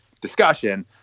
discussion